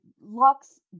Lux